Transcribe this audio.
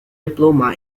diploma